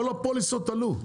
כל הפוליסות עלו.